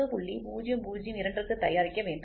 002 க்கு தயாரிக்க வேண்டும்